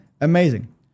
amazing